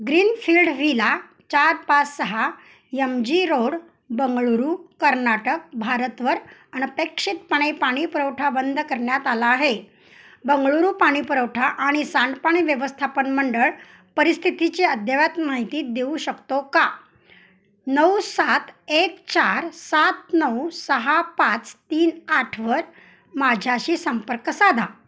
greenfield villa चार पास सहा M G road Bengaluru Karnataka भारतवर अनपेक्षितपणे पाणीपुरवठा बंद करण्यात आला आहे बंगळूरू पाणी पुरवठा आणि सांडपाणी व्यवस्थापन मंडळ परिस्थितीचे अद्ययावत माहिती देऊ शकतो का नऊ सात एक चार सात नऊ सहा पाच तीन आठवर माझ्याशी संपर्क साधा